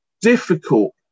difficult